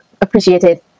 appreciated